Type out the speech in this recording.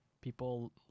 people